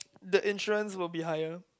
the insurance will be higher